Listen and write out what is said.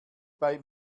bei